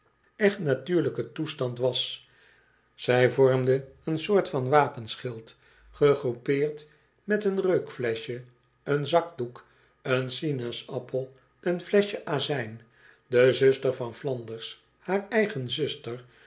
natuurlijken toestand was zij vormde een soort van wapenschild gegroepeerd met een reukfleschje een zakdoek een sinaasappel een flesehje azijn de zuster van flanders haar eigen zuster